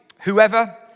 whoever